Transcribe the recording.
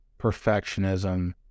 Perfectionism